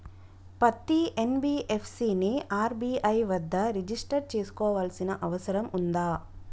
పత్తి ఎన్.బి.ఎఫ్.సి ని ఆర్.బి.ఐ వద్ద రిజిష్టర్ చేసుకోవాల్సిన అవసరం ఉందా?